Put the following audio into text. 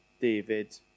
David